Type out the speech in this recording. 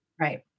Right